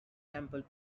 temple